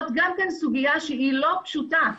גם זאת סוגיה לא פשוטה.